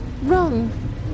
wrong